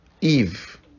Eve